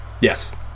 Yes